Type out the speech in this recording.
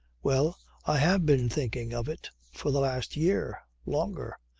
well i have been thinking of it for the last year. longer.